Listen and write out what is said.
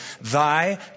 thy